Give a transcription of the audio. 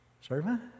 Servant